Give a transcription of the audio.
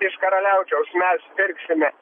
iš karaliaučiaus mes pirksime